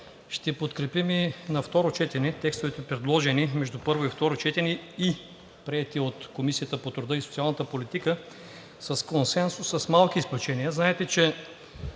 ще подкрепим и на второ гласуване текстовете, предложени между първо и второ четене и приети от Комисията по труда, социалната и демографската политика, с консенсус, с малки изключения.